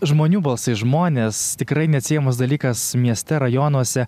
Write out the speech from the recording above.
žmonių balsai žmonės tikrai neatsiejamas dalykas mieste rajonuose